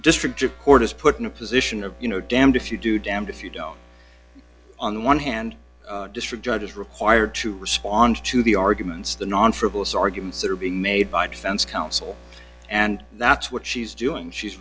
is put in a position of you know damned if you do damned if you don't on one hand district judge is required to respond to the arguments the non frivolous arguments that are being made by defense counsel and that's what she's doing she's